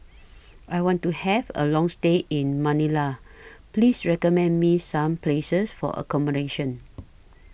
I want to Have A Long stay in Manila Please recommend Me Some Places For accommodation